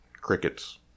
crickets